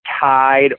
tied